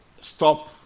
Stop